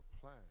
plan